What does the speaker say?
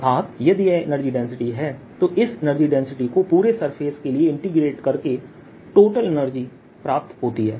अर्थात यदि यह एनर्जी डेंसिटी है तो इस एनर्जी डेंसिटी को पूरे सरफेस के लिए इंटीग्रेट करके टोटल एनर्जी प्राप्त होती है